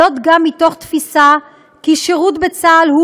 זאת גם מתוך תפיסה ששירות בצה"ל הוא